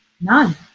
none